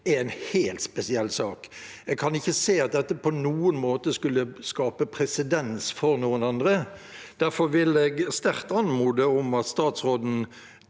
er en helt spesiell sak, og jeg kan ikke se at dette på noen måte skulle kunne skape presedens for noen andre. Derfor vil jeg sterkt anmode om at statsråden